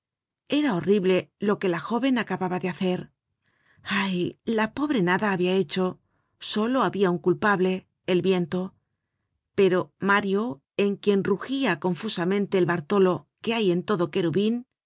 era horrible lo que la jóven acababa de hacer ay la pobre nada habia hecho solo habia un culpable el viento pero mario en quien rugia confusamente el bartolo que hay en todo querubin